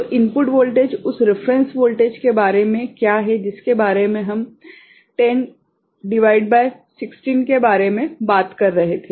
तो input voltage उस reference voltage के बारे में क्या है जिसके बारे में हम 10 भागित 16 के बारे में बात कर रहे थे